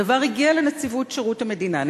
הדבר הגיע לנציבות שירות המדינה,